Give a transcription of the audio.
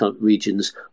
regions